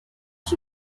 she